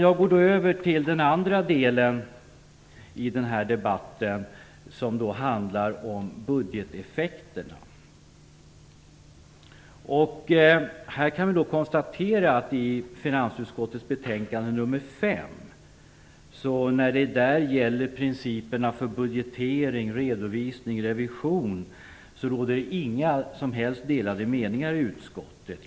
Jag går då över till den andra delen i den här debatten som handlar om budgeteffekterna. I finansutskottets betänkande nr 5 behandlas principerna för budgeteringen, redovisningen och revisionen. Om detta råder inga som helst delade meningar i utskottet.